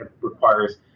requires